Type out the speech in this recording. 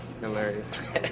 Hilarious